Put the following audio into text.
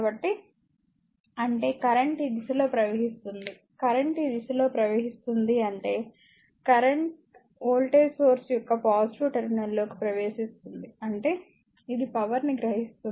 కాబట్టి అంటే కరెంట్ ఈ దిశలో ప్రవహిస్తుంది కరెంట్ ఈ దిశలో ప్రవహిస్తుంది అంటే కరెంట్ వోల్టేజ్ సోర్స్ యొక్క పాజిటివ్ టెర్మినల్ లోకి ప్రవేశిస్తుంది అంటే ఇది పవర్ ని గ్రహిస్తుంది